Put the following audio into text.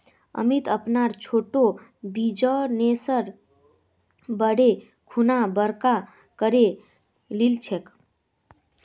अमित अपनार छोटो बिजनेसक बढ़ैं खुना बड़का करे लिलछेक